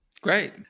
Great